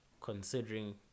considering